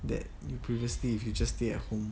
that you previously if you just stay at home